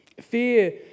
Fear